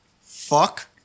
fuck